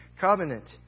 covenant